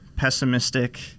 pessimistic